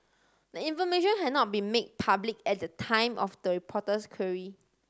the information had not been made public at the time of the reporter's query